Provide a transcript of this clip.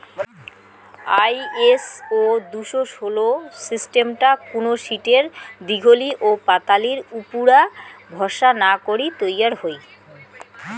ISO দুশো ষোল সিস্টামটা কুনো শীটের দীঘলি ওপাতালির উপুরা ভরসা না করি তৈয়ার হই